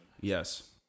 Yes